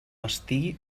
estigui